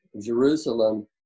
Jerusalem